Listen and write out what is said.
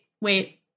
wait